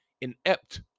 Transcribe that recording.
inept